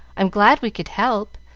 i'm glad we could help,